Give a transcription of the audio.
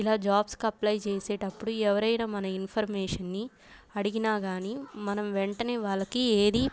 ఇలా జాబ్స్కి అప్లై చేసేటప్పుడు ఎవరైనా మన ఇన్ఫర్మేషన్ని అడిగినా కానీ మనం వెంటనే వాళ్ళకి ఏది